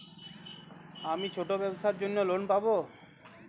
আমি ছোট ব্যবসার জন্য লোন পাব?